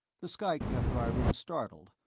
the skycab driver was startled,